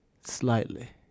slightly